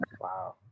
Wow